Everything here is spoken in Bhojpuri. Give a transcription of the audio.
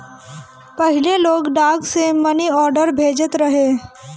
पहिले लोग डाक से मनीआर्डर भेजत रहे